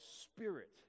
Spirit